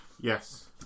Yes